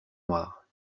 noires